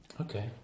Okay